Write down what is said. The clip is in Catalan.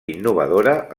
innovadora